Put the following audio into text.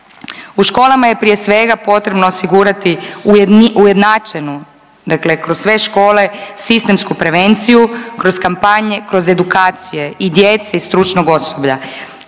U školama je prije svega potrebno osigurati ujednačenu, dakle kroz sve škole sistemsku prevenciju kroz kampanje, kroz edukacije i djece i stručnog osoblja.